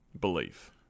Belief